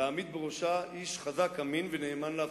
להעמיד בראשה איש חזק, אמין ונאמן להבטחות,